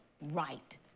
right